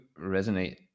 resonate